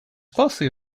closely